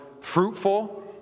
fruitful